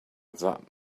that